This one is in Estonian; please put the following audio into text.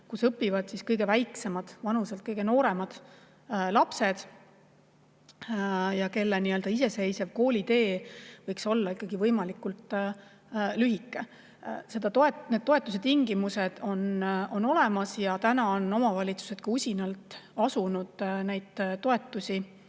kus õpivad kõige väiksemad, vanuselt kõige nooremad lapsed, kelle iseseisev koolitee võiks olla ikkagi võimalikult lühike. Selle toetuse tingimused on olemas ja omavalitsused on usinalt asunud seda toetust